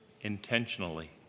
intentionally